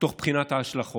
תוך בחינת ההשלכות.